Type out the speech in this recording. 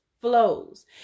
flows